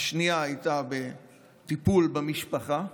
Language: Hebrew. השנייה הייתה בטיפול במשפחה,